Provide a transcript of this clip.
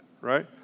right